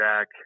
Jack